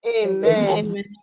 amen